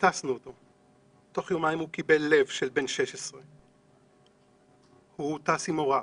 הטסנו אותו ותוך יומיים הוא קיבל לב של בן 16. הוא הוטס עם הוריו,